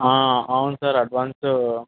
అవును sir advance